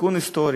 תיקון היסטורי,